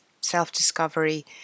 self-discovery